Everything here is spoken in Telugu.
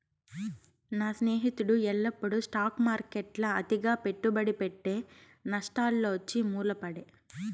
నా స్నేహితుడు ఎల్లప్పుడూ స్టాక్ మార్కెట్ల అతిగా పెట్టుబడి పెట్టె, నష్టాలొచ్చి మూల పడే